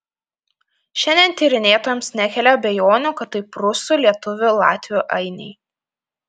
šiandien tyrinėtojams nekelia abejonių kad tai prūsų lietuvių latvių ainiai